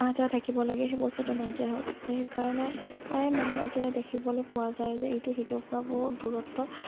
আহ যাহ থাকিব লাগে সেই বস্তুটো নাইকিয়া হৈ গৈছে সেই কাৰণেও প্ৰায় মানুহৰ এতিয়া দেখিবলৈ পোৱা যায় যে ইটোৱে সিটোৰপৰা বহুত দূৰত্ব